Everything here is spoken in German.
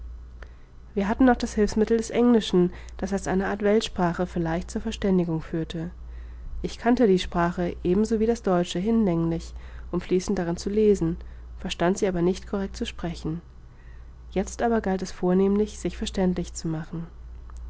wir hatten noch das hilfsmittel des englischen das als eine art weltsprache vielleicht zur verständigung führte ich kannte die sprache ebenso wie das deutsche hinlänglich um fließend darin zu lesen verstand sie aber nicht correct zu sprechen jetzt aber galt es vornehmlich sich verständlich zu machen